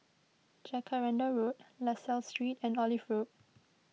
Jacaranda Road La Salle Street and Olive Road